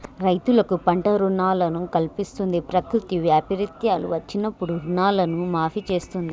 రైతులకు పంట రుణాలను కల్పిస్తంది, ప్రకృతి వైపరీత్యాలు వచ్చినప్పుడు రుణాలను మాఫీ చేస్తుంది